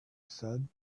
said